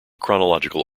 chronological